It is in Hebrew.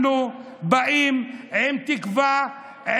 אנחנו באים עם תקווה,